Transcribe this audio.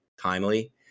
timely